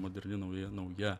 moderni nauja nauja